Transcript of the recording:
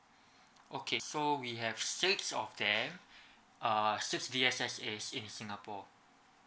okay so we have six of them uh six D_S_S_A in singapore